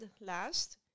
last